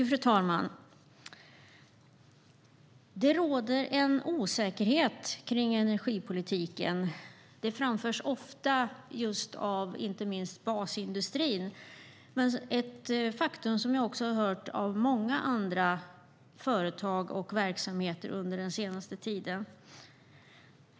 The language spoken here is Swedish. Fru talman! Det råder en osäkerhet kring energipolitiken, och det framförs ofta av inte minst basindustrin. Men under den senaste tiden har jag hört det också från många andra företag och verksamheter.